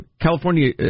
California